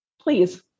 Please